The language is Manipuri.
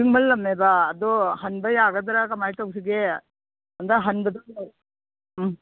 ꯄꯤꯛꯃꯜꯂꯝꯃꯦꯕ ꯑꯗꯨ ꯍꯟꯕ ꯌꯥꯒꯗ꯭ꯔꯥ ꯀꯃꯥꯏ ꯇꯧꯁꯤꯒꯦ ꯑꯗ ꯍꯟꯕꯗꯨꯕꯨ ꯎꯝ